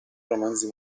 romanzi